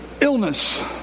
illness